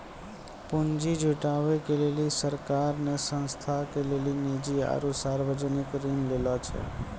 पुन्जी जुटावे के लेली सरकार ने संस्था के लेली निजी आरू सर्वजनिक ऋण लै छै